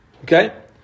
Okay